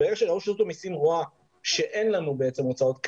ברגע שרשות המסים רואה שאין לנו הוצאות כרגע,